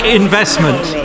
investment